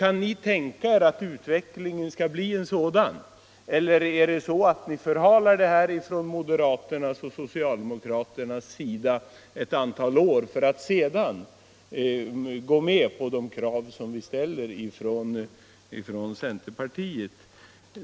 Kan ni tänka er att utvecklingen blir sådan — eller förhalar ni moderater och socialdemokrater frågan ett antal år för att sedan gå med på de krav som vi ställer från centerpartiet?